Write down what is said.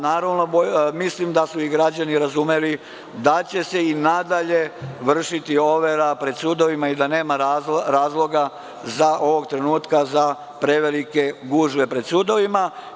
Naravno, mislim da su građani razumeli da će se i nadalje vršiti overa pred sudovima i da ovog trenutka nema razloga za prevelike gužve pred sudovima.